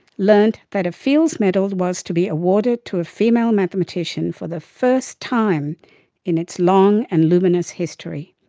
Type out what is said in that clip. learnt that a fields medal was to be awarded to female mathematician for the first time in its long and luminous history.